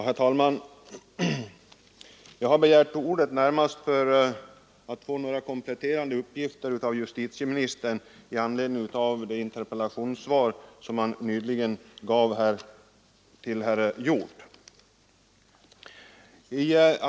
Herr talman! Jag har begärt ordet närmast för att be justitieministern om några kompletterande uppgifter i anslutning till det interpellationssvar som han nyligen lämnat till herr Hjorth.